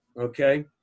Okay